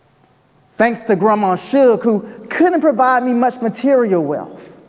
thanks to grandma shug, who couldn't provide me much material wealth,